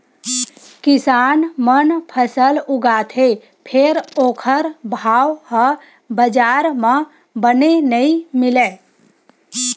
किसान मन फसल उगाथे फेर ओखर भाव ह बजार म बने नइ मिलय